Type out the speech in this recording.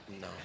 no